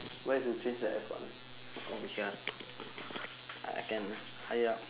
where to change the aircon oh ya I can higher up